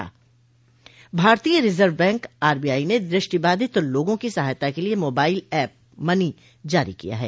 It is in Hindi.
भारतीय रिजर्व बैंक आरबीआई ने दृष्टिबाधित लोगों की सहायता के लिए मोबाईल एप मनी जारी किया है